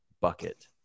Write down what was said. bucket